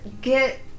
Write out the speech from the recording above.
get